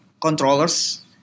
controllers